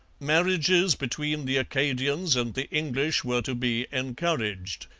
marriages between the acadians and the english were to be encouraged.